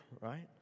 right